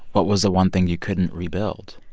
what was the one thing you couldn't rebuild?